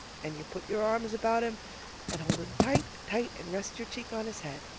and you put your arms about him and hold him tight, tight, and rest your cheek on his head.